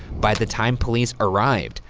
by the time police arrived,